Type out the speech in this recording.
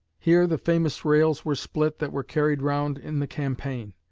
here the famous rails were split that were carried round in the campaign.